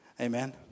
Amen